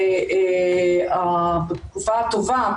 בתקופה הטובה,